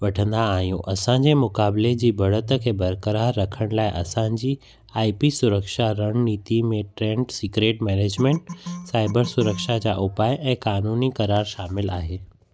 वठंदा आहियूं असांजे मुक़ाबिले जी बढ़त खे बरक़रारु रखण लाइ असांजी आई पी सुरक्षा रणनीति में ट्रेड सीक्रेट मैनेजमेंट साईबर सुरक्षा जा उपाय ऐं क़ानूनी क़रार शामिलु आहे